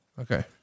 Okay